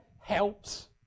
helps